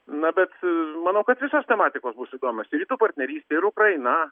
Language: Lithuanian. na bet aaa manau kad visos tematikos bus įdomios ir rytų partnerystė ir ukraina